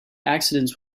accidents